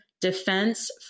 defense